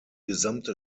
gesamte